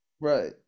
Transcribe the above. Right